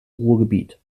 ruhrgebiet